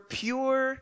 pure